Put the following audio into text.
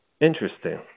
Interesting